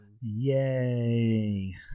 Yay